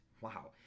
wow